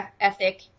ethic